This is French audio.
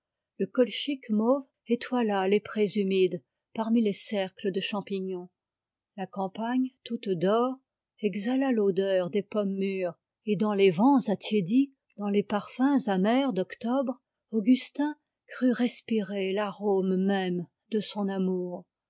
le colchique mauve étoila les prés humides parmi les cercles de champignons la campagne toute d'or exhala l'odeur des pommes mûres et dans les parfums amers d'octobre augustin crut respirer l'arôme même de son amour